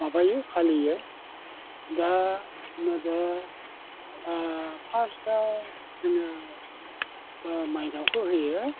माबायो फालियो दा नैबे फार्स्टआव जोङो माइनावखौ होयो